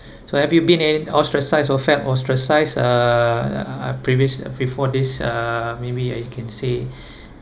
so have you been in ostracised or felt ostracised uh previous before this uh maybe I can say